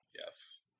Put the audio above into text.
yes